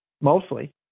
mostly